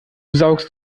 saugst